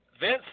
Vince